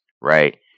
right